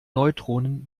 neutronen